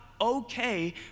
okay